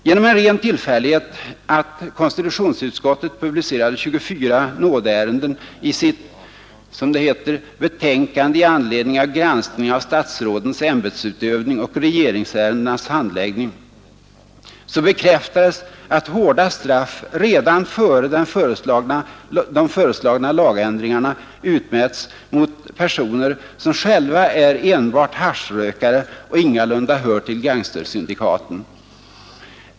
Genom en ren tillfällighet — att konstitutionsutskottet publicerade 24 nådeärenden i sitt ”betänkande i anledning av granskning av statsrådens ämbetsutövning och regeringsärendenas handläggning” — bekräftades att hårda straff redan före de föreslagna lagändringarna utmäts mot personer som själva är enbart haschrökare och ingalunda hör till gangstersyndikaten.